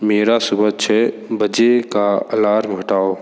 मेरा सुबह छः बजे का अलार्म हटाओ